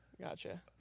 Gotcha